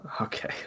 okay